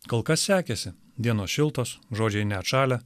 kol kas sekėsi dienos šiltos žodžiai neatšalę